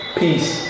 peace